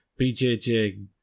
BJJ